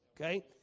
Okay